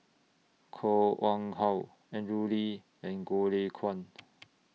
Koh Wang How Andrew Lee and Goh Lay Kuan